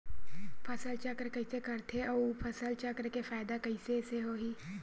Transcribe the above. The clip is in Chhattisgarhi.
फसल चक्र कइसे करथे उ फसल चक्र के फ़ायदा कइसे से होही?